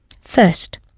First